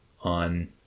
on